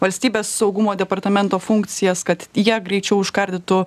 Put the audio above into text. valstybės saugumo departamento funkcijas kad jie greičiau užkardytų